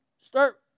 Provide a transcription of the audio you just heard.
start